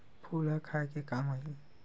फूल ह खाये के काम आही?